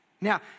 Now